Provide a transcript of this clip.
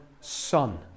son